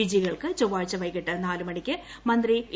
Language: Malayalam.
വിജയികൾക്ക് ച്രൊവ്വാഴ്ച വൈകിട്ട് നാലിന് മന്ത്രി എ